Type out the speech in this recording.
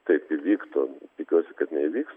taip įvyktų tikiuosi kad neįvyks